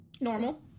Normal